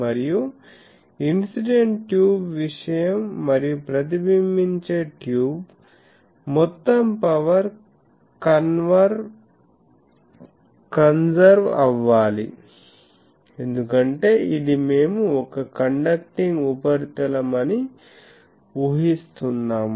మరియు incident tube విషయం మరియు ప్రతిబింబించే ట్యూబ్ మొత్తం పవర్ కన్సర్వ్ అవ్వాలి ఎందుకంటే ఇది మేము ఒక కండక్టింగ్ ఉపరితలం అని ఊహిస్తున్నాము